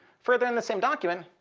further, in the same document,